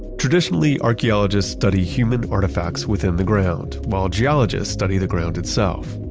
traditionally archaeologists study human artifacts within the ground while geologists study the ground itself.